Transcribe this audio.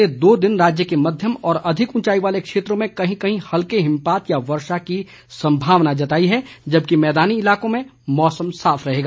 मौसम विभाग ने अगले दो दिन राज्य के मध्यम और अधिक ऊंचाई वाले क्षेत्रों में कहीं कहीं हल्के हिमपात या वर्षा की संभावना जताई है जबकि मैदानी इलाकों में मौसम साफ रहेगा